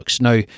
Now